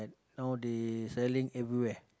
now they selling everywhere